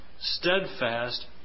steadfast